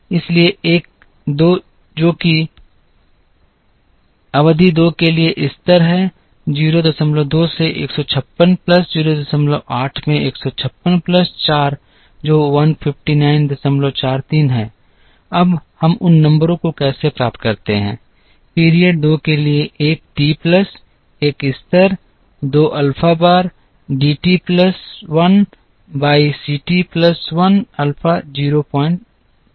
इसलिए एक 2 जो कि अवधि 2 के लिए स्तर है 02 से 156 प्लस 08 में 156 प्लस 4 जो 15943 है अब हम उन नंबरों को कैसे प्राप्त करते हैं पीरियड 2 के लिए एक t प्लस 1 स्तर 2 अल्फा बार d t plus 1 by c t plus 1 अल्फा 02 है